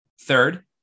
Third